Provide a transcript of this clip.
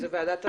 זאת ועדת ערר.